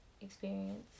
experience